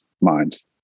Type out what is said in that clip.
minds